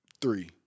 three